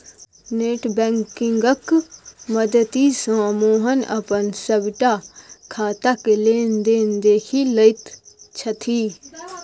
net बैंकिंगक मददिसँ मोहन अपन सभटा खाताक लेन देन देखि लैत छथि